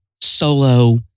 solo